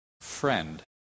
friend